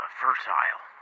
fertile